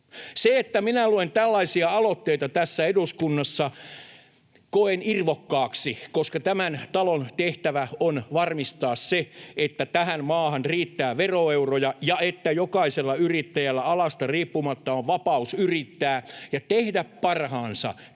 Sen, että luen tällaisia aloitteita tässä eduskunnassa, koen irvokkaaksi, koska tämän talon tehtävä on varmistaa, että tähän maahan riittää veroeuroja ja että jokaisella yrittäjällä alasta riippumatta on vapaus yrittää ja tehdä parhaansa tämän